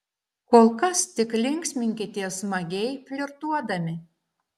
kol kas tik linksminkitės smagiai flirtuodami